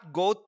go